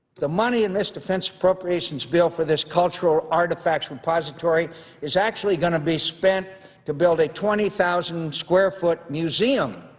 the money in this defense appropriations bill for this cultural artifacts repository is actually going to be spent to build a twenty thousand square foot museum,